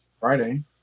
Friday